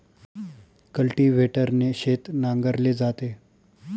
कल्टिव्हेटरने शेत नांगरले जाते